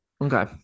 Okay